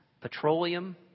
petroleum